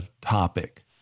topic